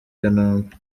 kanombe